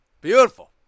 Beautiful